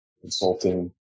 consulting